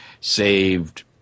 saved